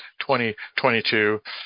2022